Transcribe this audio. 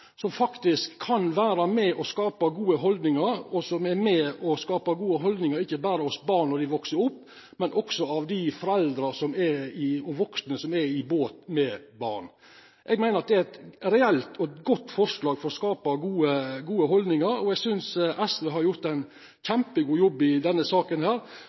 med å skapa gode haldningar, ikkje berre hos barn når dei veks opp, men også hos dei foreldra og vaksne som er i båt med barn. Eg meiner at det er eit reelt og godt forslag for å skapa gode haldningar, og eg synest SV har gjort ein kjempegod jobb i denne saka her,